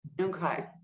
Okay